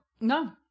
no